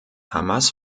hamas